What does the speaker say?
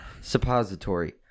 suppository